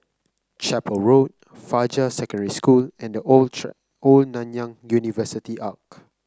Chapel Road Fajar Secondary School and The Old Old Nanyang University Arch